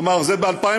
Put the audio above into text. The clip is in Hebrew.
כלומר, זה ב-2013.